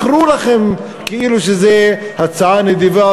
מכרו לכם כאילו שזו הצעה נדיבה,